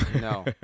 No